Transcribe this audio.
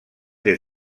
des